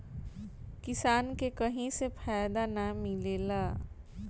किसान के कहीं से फायदा नाइ मिलेला